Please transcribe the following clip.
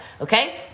Okay